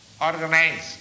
organized